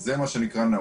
זה מה שנקרא נעול.